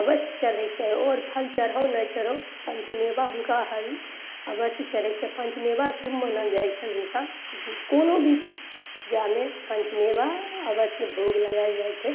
अवश्य चढ़य कए चाही आओर फल चढ़ौ नहि चढ़ौ पञ्चमेवा हुनका हर अवश्य चढ़यके चाही पञ्चमेवा शुभ मानल जाइ छनि हुनका कोनो भी पूजामे पञ्चमेवा अवश्य भोग लगाओल जाइ छै